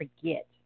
forget